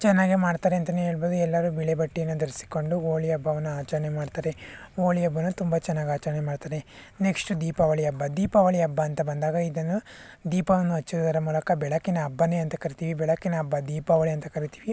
ಚೆನ್ನಾಗೇ ಮಾಡ್ತಾರೆ ಅಂತಲೇ ಹೇಳ್ಬೋದು ಎಲ್ಲರೂ ಬಿಳಿ ಬಟ್ಟೆಯನ್ನು ಧರಿಸಿಕೊಂಡು ಹೋಳಿ ಹಬ್ಬವನ್ನು ಆಚರಣೆ ಮಾಡ್ತಾರೆ ಹೋಳಿ ಹಬ್ಬನ ತುಂಬ ಚೆನ್ನಾಗಿ ಆಚರಣೆ ಮಾಡ್ತಾರೆ ನೆಕ್ಸ್ಟ್ ದೀಪಾವಳಿ ಹಬ್ಬ ದೀಪಾವಳಿ ಹಬ್ಬ ಅಂತ ಬಂದಾಗ ಇದನ್ನು ದೀಪವನ್ನು ಹಚ್ಚುವುದರ ಮೂಲಕ ಬೆಳಕಿನ ಹಬ್ಬನೇ ಅಂತ ಕರಿತೀವಿ ಬೆಳಕಿನ ಹಬ್ಬ ದೀಪಾವಳಿ ಅಂತ ಕರಿತೀವಿ